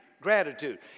Gratitude